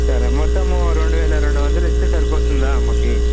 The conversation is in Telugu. సరే మొత్తము రెండు వేల రెండు వందలు ఇస్తే సరిపోతుందా ఆమెకి